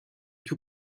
tout